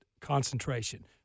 concentration